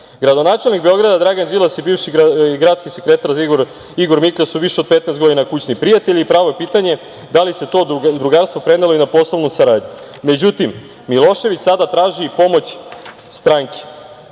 „Gradonačelnik Beograda Dragan Đilas i bivši gradski sekretar Igor Miklja su više od 15 godina kućni prijatelji i pravo je pitanje da li se to drugarstvo prenelo i na poslovnu saradnju? Međutim, Milošević sada traži i pomoć stranke.